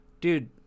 dude